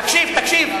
תקשיב,